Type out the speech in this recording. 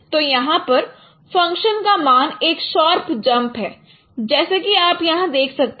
तो यहां पर फंक्शन का मान एक शार्प जंप है जैसे कि आप यहां देख सकते हैं